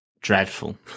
dreadful